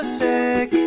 sick